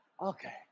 Okay